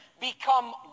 become